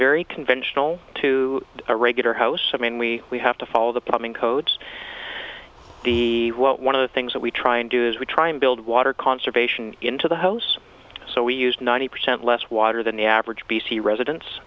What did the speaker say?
very conventional to a regular house i mean we have to follow the plumbing codes b one of the things that we try and do is we try and build water conservation into the homes so we use ninety percent less water than the average d c residents